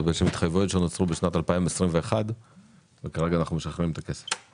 זה בעצם התחייבויות שנוצרו בשנת 2021 וכרגע אנחנו משחררים את הכסף.